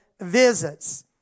visits